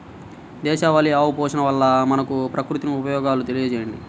దేశవాళీ ఆవు పోషణ వల్ల మనకు, ప్రకృతికి ఉపయోగాలు తెలియచేయండి?